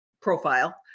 profile